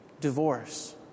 divorce